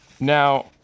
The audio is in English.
Now